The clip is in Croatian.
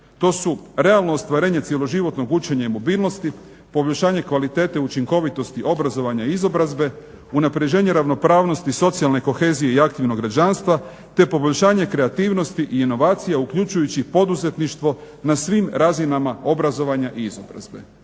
To su realno ostvarenje cjeloživotnog učenja i mobilnosti, poboljšanje kvalitete i učinkovitosti obrazovanja i izobrazbe, unapređenje ravnopravnosti socijalne kohezije i aktivnog građanstva te poboljšanje kreativnosti i inovacija uključujući poduzetništvo na svim razinama obrazovanja i izobrazbe.